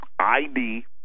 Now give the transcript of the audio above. ID